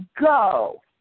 go